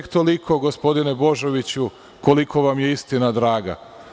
Tek toliko, gospodine Božoviću, koliko vam je istina draga.